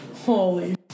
Holy